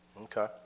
Okay